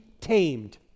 tamed